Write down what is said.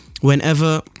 whenever